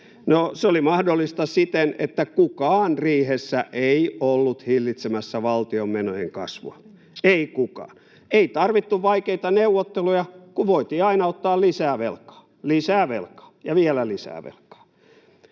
se oli mahdollista siten, että kukaan riihessä ei ollut hillitsemässä valtion menojen kasvua, ei kukaan. Ei tarvittu vaikeita neuvotteluja, kun voitiin aina ottaa lisää velkaa, lisää velkaa ja vielä lisää velkaa.